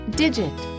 digit